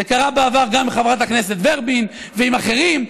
זה קרה בעבר גם עם חברת הכנסת ורבין ועם אחרים,